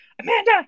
Amanda